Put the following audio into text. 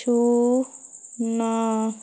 ଶୂନ